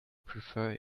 prefer